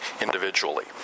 individually